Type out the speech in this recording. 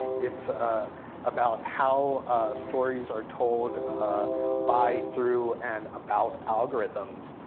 it's ah about how stories are told by, through, and about algorithms.